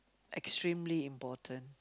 extremely important